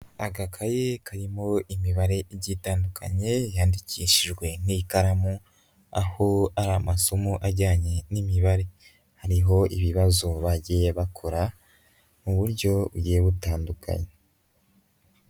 Agakaye karimo imibare igiye itandukanye yandikishijwe n'ikaramu, aho ari amasomo ajyanye n'imibare. Hariho ibibazo bagiye bakora mu buryo bugiye butandukanye.